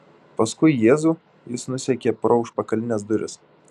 paskui jėzų jis nusekė pro užpakalines duris